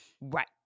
Right